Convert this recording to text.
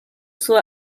zur